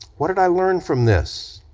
what did i learn from this?